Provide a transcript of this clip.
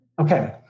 Okay